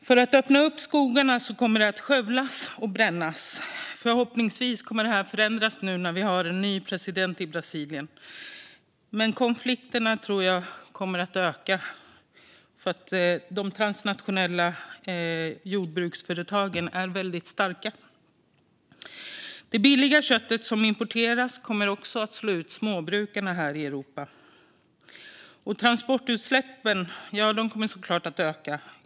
För att öppna upp skogarna kommer det att skövlas och brännas. Förhoppningsvis kommer det nu att förändras när vi har en ny president i Brasilien. Men jag tror att konflikterna kommer att öka. De transnationella jordbruksföretagen är väldigt starka. Det billiga köttet som importeras kommer också att slå ut småbrukarna här i Europa. Transportutsläppen kommer såklart att öka.